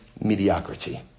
mediocrity